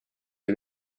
oli